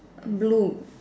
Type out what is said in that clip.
blue